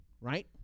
right